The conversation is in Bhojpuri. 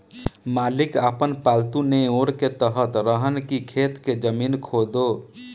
मालिक आपन पालतु नेओर के कहत रहन की खेत के जमीन खोदो